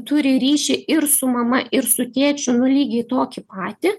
turi ryšį ir su mama ir su tėčiu nu lygiai tokį patį